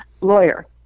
lawyer